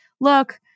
look